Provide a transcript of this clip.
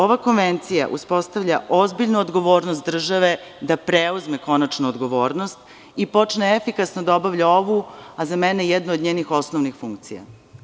Ova konvencija uspostavlja ozbiljnu odgovornost države da preuzme konačno odgovornost i počne efikasno da obavlja ovu, a za mene jednu od njenih osnovnih funkcija.